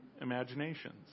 imaginations